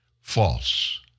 false